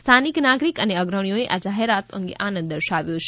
સ્થાનિક નાગરિક અને અગ્રણિઓએ આ જાહેરાતો અંગે આનંદ દર્શાવ્યો છે